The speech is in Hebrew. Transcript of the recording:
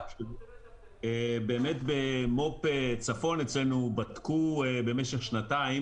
באמת במו"פ צפון אצלנו בדקו במשך שנתיים